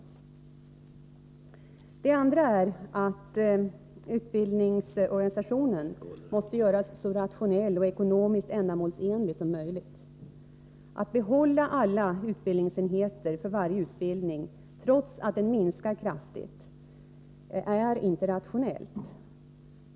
För det andra måste utbildningsorganisationen göras så rationell och ekonomiskt ändamålsenlig som möjligt. Att behålla alla utbildningsenheter för varje utbildning, trots att utbildningen minskar kraftigt, är inte rationellt.